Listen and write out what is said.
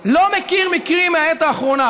ולא מכיר מקרים מהעת האחרונה.